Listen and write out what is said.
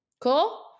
Cool